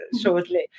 shortly